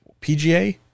PGA